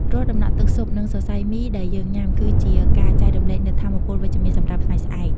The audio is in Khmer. រាល់តំណក់ទឹកស៊ុប និងសរសៃមីដែលយើងញ៉ាំ គឺជាការចែករំលែកនូវថាមពលវិជ្ជមានសម្រាប់ថ្ងៃស្អែក។